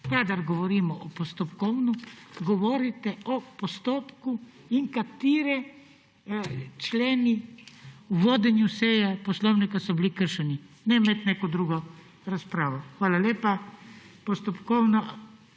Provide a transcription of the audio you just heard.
Kadar govorimo o postopkovnem, govorite o postopku in kateri členi pri vodenju seje poslovnika so bili kršeni. Ne imeti neke druge razprave. Hvala lepa. Postopkovno,